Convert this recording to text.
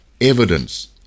Evidence